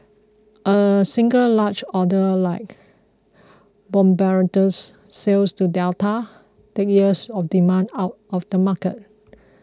a single large order like Bombardier's sale to Delta takes years of demand out of the market